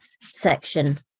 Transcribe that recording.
section